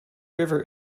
river